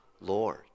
Lord